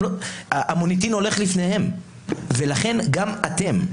המוניטין הולך לפניהם ולכן גם אתם,